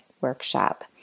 workshop